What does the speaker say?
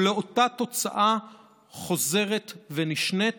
או לאותה תוצאה חוזרת ונשנית,